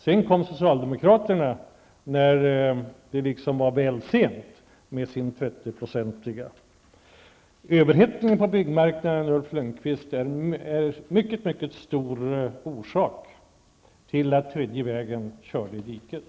Sedan kom socialdemokraterna när det var väl sent med sitt förslag om 30 %. Överhettningen på byggmarknaden, Ulf Lönnqvist, var en mycket stor orsak till att den tredje vägens politik körde i diket.